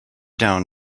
down